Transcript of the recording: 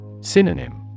Synonym